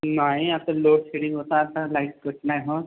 नाही आता लोडशेडिंग होत आता लाईट कट नाही होत